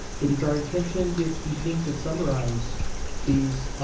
it is our intention this evening to summarize these